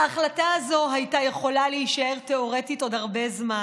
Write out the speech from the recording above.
ההחלטה הזאת הייתה יכולה להישאר תיאורטית עוד הרבה זמן,